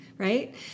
Right